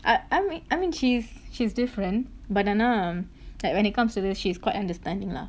I I mean I mean she's she's different but ஆனா:aanaa like when it comes to this she's quite understanding lah